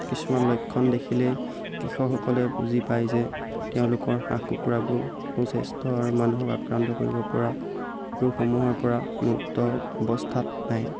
কিছুমান লক্ষণ দেখিলেই কৃষকসকলে বুজি পায় যে তেওঁলোকৰ হাঁহ কুকুৰাবোৰ সুস্বাস্থ্য আৰু মানুহক আক্ৰান্ত কৰিব পৰা ৰোগসমূহৰ পৰা মুক্ত অৱস্থাত নাই